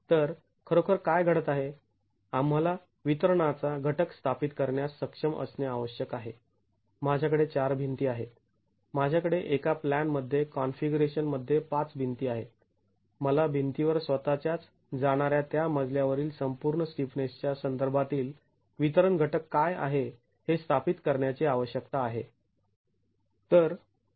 तर खरोखर काय घडत आहे आम्हाला वितरणाचा घटक स्थापित करण्यास सक्षम असणे आवश्यक आहे माझ्याकडे ४ भिंती आहेत माझ्याकडे एका प्लॅन मध्ये कॉन्फिगरेशन मध्ये ५ भिंती आहेत मला भिंतीवर स्वतःच्याच जाणाऱ्या त्या मजल्यावरील संपूर्ण स्टिफनेसच्या संदर्भातील वितरण घटक काय आहे हे स्थापित करण्याची आवश्यकता आहे